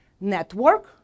network